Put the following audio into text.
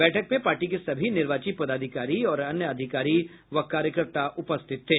बैठक में पार्टी के सभी निर्वाची पदाधिकारी और अन्य अधिकारी व कार्यकर्ता उपस्थित थे